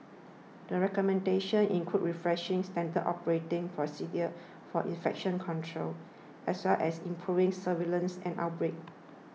the recommendations include refreshing standard operating procedures for infection control as well as improving surveillance and outbreak